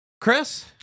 Chris